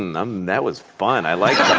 and um that was fun. i like